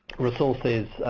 resources,